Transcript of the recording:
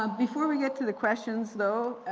um before we get to the questions though,